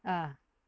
ah